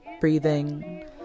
breathing